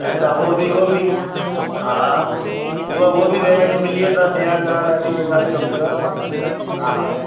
अदा उहो बि उहो बि हा हूअ हूअ बि वैरायटी मिली वेंदव ॾियणु करणु लाइ बि जेका बि खपेव हा हा